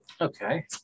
Okay